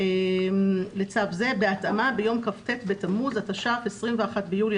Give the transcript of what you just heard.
לצו זה בהתאמה ביום כ"ט בתמוז התש"ף-21 ביולי